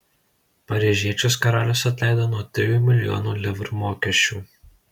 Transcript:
paryžiečius karalius atleido nuo trijų milijonų livrų mokesčių